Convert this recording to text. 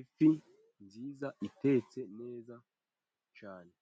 Ifi nziza itetse neza cyane